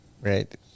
right